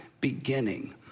beginning